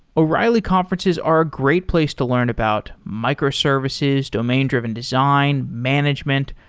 o'reilly conferences are a great place to learn about microservices, domain-driven design, management,